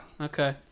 Okay